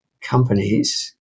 companies